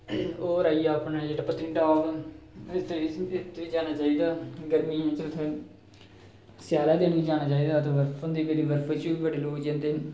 होर आई गेआ अपना जेह्ड़ा पत्नीटाप इत्त बी जाना चाहिदा गर्मियें गी उत्थें स्यालें दिन बी जाना चाहिदा उत्थै बरफ होंदी पेदी बर्फू च बी बड़े लोक जंदे न